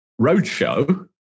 roadshow